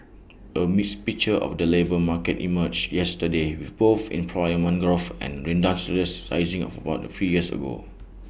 A mixed picture of the labour market emerged yesterday with both employment growth and redundancies rising of about A few years ago